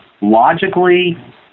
logically